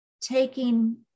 taking